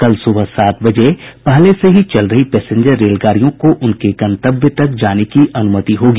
कल सुबह सात बजे पहले से ही चल रही पैसेंजर रेलगाड़ियों को उनके गंतव्य तक जाने की अनुमति होगी